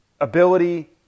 ability